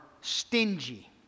stingy